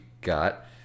got